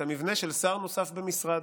את המבנה של שר נוסף במשרד.